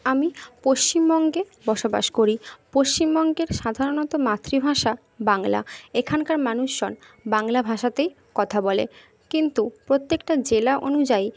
আমি পশ্চিমবঙ্গে বসবাস করি পশ্চিমবঙ্গের সাধারণত মাতৃভাষা বাংলা এখানকার মানুষজন বাংলা ভাষাতেই কথা বলে কিন্তু প্রত্যেকটা জেলা অনুযায়ী